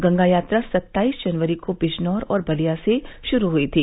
गंगा यात्रा सत्ताईस जनवरी को बिजनौर और बलिया से शुरू हुई थी